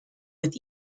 with